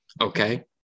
Okay